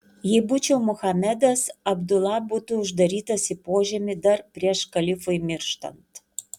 jei būčiau muhamedas abdula būtų uždarytas į požemį dar prieš kalifui mirštant